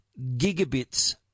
gigabits